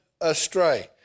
astray